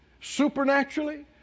supernaturally